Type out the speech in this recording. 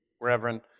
Reverend